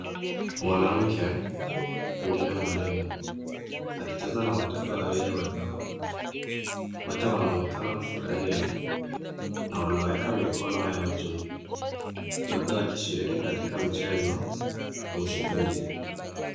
Mwanamke pengine mwalimu akicheza na watoto wawili wadogo. Wote wanaonekana kufurahia, na wanaweka mikono yao juu. Labda wakishiriki katika mchezo au shughuli.